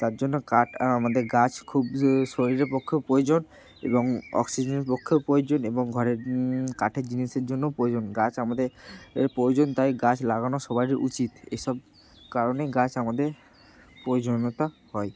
তার জন্য কাঠ আর আমাদের গাছ খুব শরীরের পক্ষেও প্রয়োজন এবং অক্সিজেনের পক্ষেও প্রয়োজন এবং ঘরের কাঠের জিনিসের জন্যও প্রয়োজন গাছ আমাদের এর প্রয়োজন তাই গাছ লাগানো সবারই উচিত এসব কারণে গাছ আমাদের প্রয়োজনীয়তা হয়